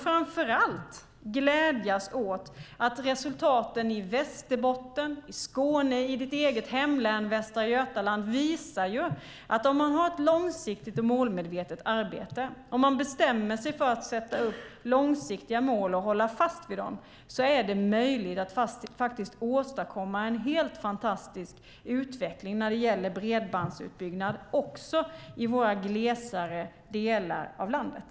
Framför allt ska vi glädjas åt att resultaten i Västerbotten, Skåne och Monica Greens eget hemlän Västra Götaland visar att om man har ett långsiktigt och målmedvetet arbete, om man bestämmer sig för att sätta upp långsiktiga mål och hålla fast vid dem, är det möjligt att faktiskt åstadkomma en helt fantastisk utveckling när det gäller bredbandsutbyggnad också i våra glesare delar av landet.